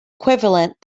equivalent